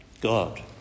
God